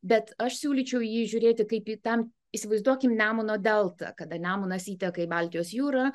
bet aš siūlyčiau jį žiūrėti kaip tam įsivaizduokime nemuno delta kada nemunas įteka į baltijos jūrą